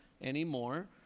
anymore